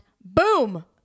boom